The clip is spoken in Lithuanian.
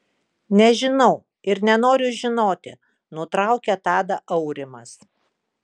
nežinau ir nenoriu žinoti nutraukė tadą aurimas